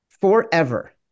forever